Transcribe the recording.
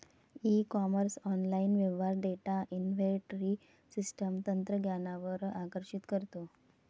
E commerce online व्यवहार data inventory system तंत्रज्ञानावर आकर्षित करतो